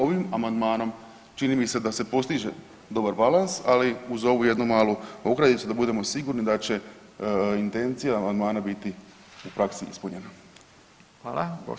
Ovim amandmanom čini mi se da se postiže dobar balans ali uz ovu jednu malu ogradicu da budemo sigurni da će intencija amandmana u praksi biti ispunjena.